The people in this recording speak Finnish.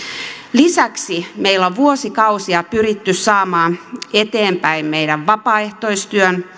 lisäksi meillä on vuosikausia pyritty saamaan eteenpäin meidän vapaaehtoistyön